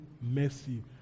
mercy